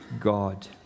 God